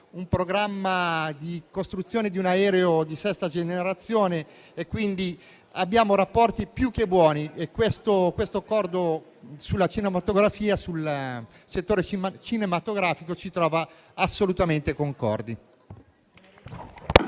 un programma di costruzione di un aereo di sesta generazione e abbiamo rapporti più che buoni. Questo Accordo sul settore cinematografico ci trova assolutamente concordi.